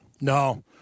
No